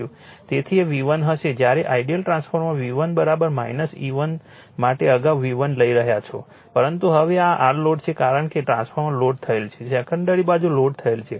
તેથી એ V1 હશે જ્યારે આઇડીઅલ ટ્રાન્સફોર્મર V1 E1 માટે અગાઉ V1 લઈ રહ્યા છો પરંતુ હવે આ R લોડ છે કારણ કે ટ્રાન્સફોર્મર લોડ થયેલ છે સેકન્ડરી બાજુ લોડ થયેલ છે